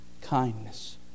kindness